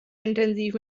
intensiv